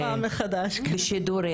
נמשיך להעלות את זה כל פעם מחדש.